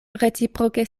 reciproke